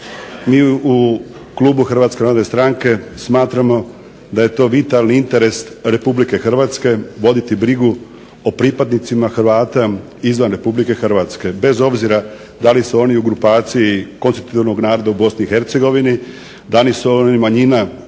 Mi u klubu Hrvatske narodne stranke smatramo da je to vitalni interes Republike Hrvatske voditi brigu o pripadnicima Hrvata izvan Republike Hrvatske bez obzira da li su oni u grupaciji konstitutivnog naroda u Bosni i Hercegovini, da li su oni manjina u